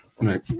right